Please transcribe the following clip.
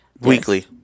Weekly